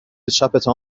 چپتان